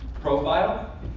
profile